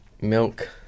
milk